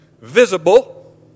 Visible